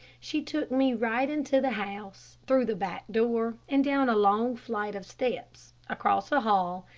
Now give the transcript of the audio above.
she took me right into the house, through the back door, and down a long flight of steps, across a hall,